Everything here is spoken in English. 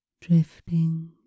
drifting